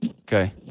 Okay